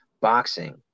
boxing